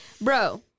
Bro